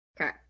Okay